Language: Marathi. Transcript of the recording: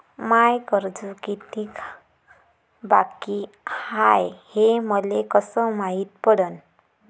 माय कर्ज कितीक बाकी हाय, हे मले कस मायती पडन?